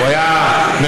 הוא היה מחנך,